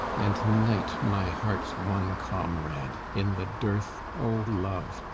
and night my heart's one comrade, in the dearth, o love,